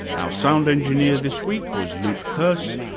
our sound engineer this week was luke purse,